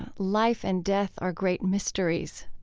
life and death are great mysteries,